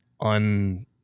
un-